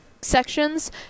sections